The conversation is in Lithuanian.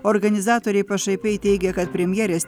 organizatoriai pašaipiai teigia kad premjerės